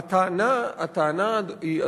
הטענה היא,